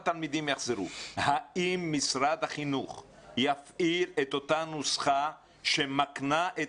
האם משרד החינוך יפעיל את הנוסחה שמקנה את